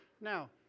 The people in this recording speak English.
Now